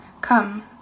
come